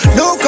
no